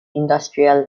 industrial